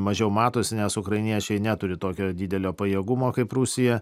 mažiau matosi nes ukrainiečiai neturi tokio didelio pajėgumo kaip rusija